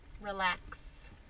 Relax